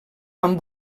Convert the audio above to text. van